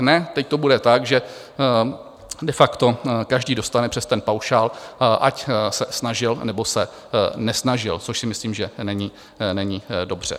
Ne, teď to bude tak, že de facto každý dostane přes ten paušál, ať se snažil, nebo se nesnažil, což si myslím, že není dobře.